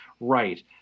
Right